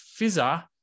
fizzer